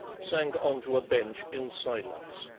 sank on to a bench in silence.